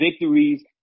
victories